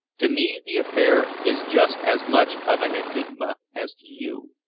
to me the affair is just as much of an enigma as to you,